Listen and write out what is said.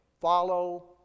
follow